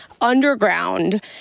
underground